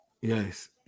Yes